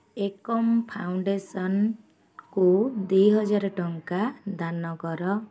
ଏକମ୍ ଫାଉଣ୍ଡେସନ୍କୁ ଦୁଇହଜାର ଟଙ୍କା ଦାନ କର